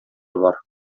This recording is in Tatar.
бар